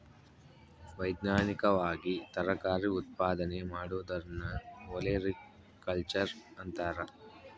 ವೈಜ್ಞಾನಿಕವಾಗಿ ತರಕಾರಿ ಉತ್ಪಾದನೆ ಮಾಡೋದನ್ನ ಒಲೆರಿಕಲ್ಚರ್ ಅಂತಾರ